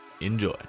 Enjoy